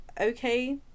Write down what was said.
okay